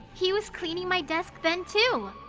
he was cleaning my desk then too!